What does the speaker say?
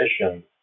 mission